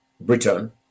Britain